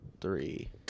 three